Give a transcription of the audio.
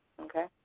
okay